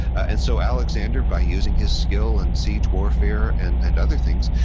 and so, alexander, by using his skill and siege warfare and and other things,